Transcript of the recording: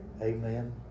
Amen